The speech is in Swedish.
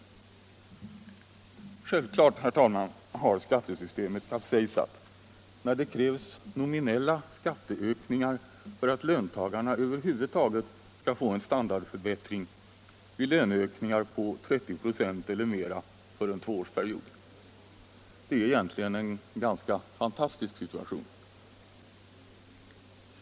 Självklart, herr talman, har skattesystemet kapsejsat när det krävs nominella skattesänkningar för att löntagarna över huvud taget skall få en standardförbättring vid löneökningar på 30 96 eller mera för en tvåårsperiod. Det är egentligen en ganska fantastisk situation.